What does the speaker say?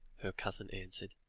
her cousin answered,